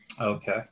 Okay